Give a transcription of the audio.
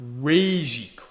crazy